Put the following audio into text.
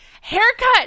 haircut